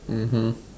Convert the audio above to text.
mmhmm